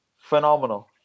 Phenomenal